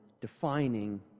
defining